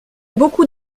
beaucoup